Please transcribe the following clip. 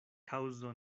kaŭzo